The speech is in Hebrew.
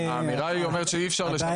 האמירה היא אומרת שאי אפשר לשנות שום דבר.